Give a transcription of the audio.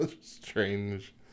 strange